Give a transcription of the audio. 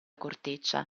corteccia